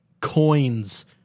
coins